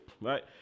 Right